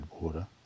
water